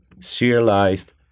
serialized